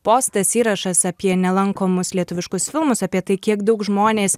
postas įrašas apie nelankomus lietuviškus filmus apie tai kiek daug žmonės